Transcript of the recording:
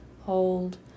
Hold